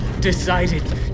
decided